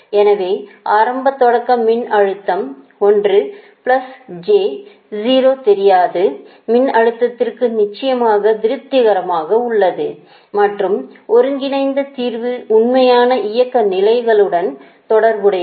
எனவே ஆரம்ப தொடக்க மின்னழுத்தம் 1 பிளஸ் j 0 தெரியாத மின்னழுத்திற்கு நிச்சயமாக திருப்திகரமாக உள்ளது மற்றும் ஒருங்கிணைந்த தீர்வு உண்மையான இயக்க நிலைகளுடன் தொடர்புடையது